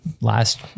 last